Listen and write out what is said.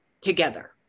together